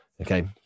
okay